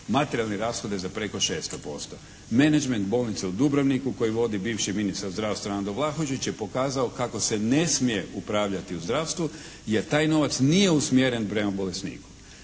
materijalne rashode za preko 600%. Menadžment bolnice u Dubrovniku koji vodi bivši ministar zdravstva Andro Vlahušić je pokazao kako se ne smije upravljati u zdravstvu jer taj novac nije usmjeren prema bolesniku.